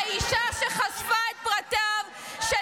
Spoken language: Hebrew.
לכי --- האישה שחשפה את פרטיו של